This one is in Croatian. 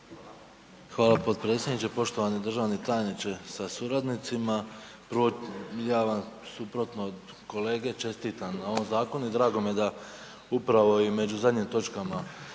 Hvala potpredsjedniče. Poštovani državni tajniče sa suradnicima, prvo ja vam suprotno od kolege čestitam na ovom zakonu i drago mi je da upravo i među zadnjim točkama